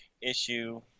issue –